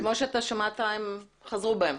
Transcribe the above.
כפי ששמעת, הם חזרו בהם.